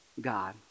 God